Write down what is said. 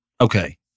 Okay